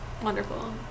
Wonderful